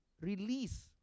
release